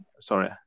Sorry